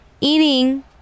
eating